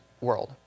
world